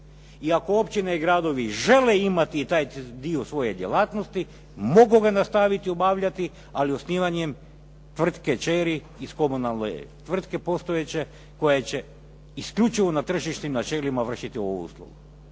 I ako općine i gradovi žele imati i taj dio svoje djelatnosti, mogu ga nastaviti obavljati, ali osnivanjem tvrtke … /Govornik se ne razumije./ … iz komunalne tvrtke postojeće koja će isključivo na tržišnim načelima vršiti ovu uslugu.